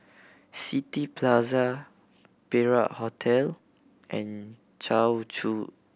City Plaza Perak Hotel and Choa Chu